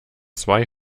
zwei